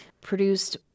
produced